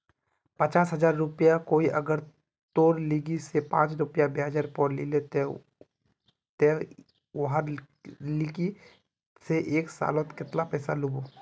पचास हजार रुपया कोई अगर तोर लिकी से पाँच रुपया ब्याजेर पोर लीले ते ती वहार लिकी से एक सालोत कतेला पैसा लुबो?